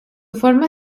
forma